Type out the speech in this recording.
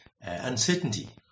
uncertainty